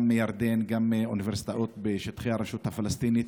גם מירדן וגם מאוניברסיטאות ברשות הפלסטינית,